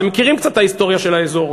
אתם מכירים קצת את ההיסטוריה של האזור.